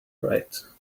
rate